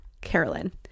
Carolyn